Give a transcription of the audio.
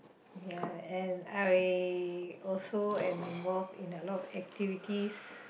ya and I also am involved in a lot of activities